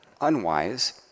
unwise